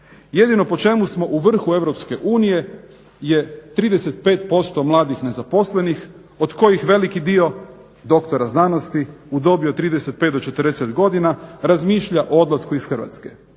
Jedino po čemu smo u vrhu Europske unije je 35% mladih nezaposlenih od kojih veliki dio doktora znanosti u dobi od 35 do 40 godina razmišlja o odlasku iz Hrvatske.